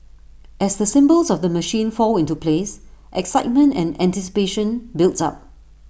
as the symbols of the machine fall into place excitement and anticipation builds up